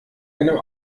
einem